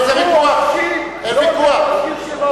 אין ויכוח.